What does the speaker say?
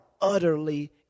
utterly